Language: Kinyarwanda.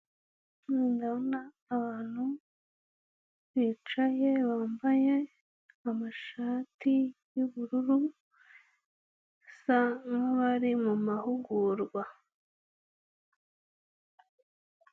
Hano ndabona abantu bicaye, bambaye amashati y'ubururu basa nk'abari mu mahugurwa.